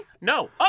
no